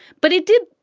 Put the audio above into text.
but it did.